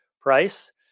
price